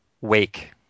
Wake